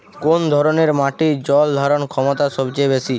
কোন ধরণের মাটির জল ধারণ ক্ষমতা সবচেয়ে বেশি?